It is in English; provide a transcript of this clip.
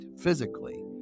physically